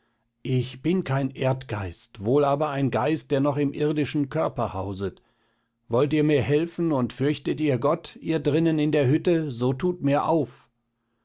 ich bin kein erdgeist wohl aber ein geist der noch im irdischen körper hauset wollt ihr mir helfen und fürchtet ihr gott ihr drinnen in der hütte so tut mir auf